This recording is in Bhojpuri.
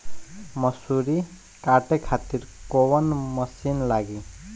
मसूरी काटे खातिर कोवन मसिन लागी?